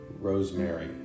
rosemary